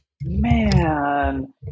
Man